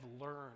learned